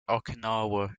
okinawa